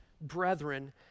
brethren